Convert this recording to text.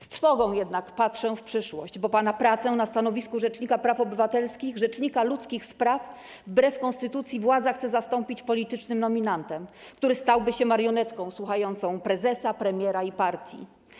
Z trwogą jednak patrzę w przyszłość, bo pana pracę na stanowisku rzecznika praw obywatelskich, rzecznika ludzkich spraw, wbrew konstytucji władza chce zastąpić politycznym nominantem, który stałby się marionetką słuchającą prezesa, premiera i partii.